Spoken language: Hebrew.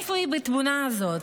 איפה היא בתמונה הזאת?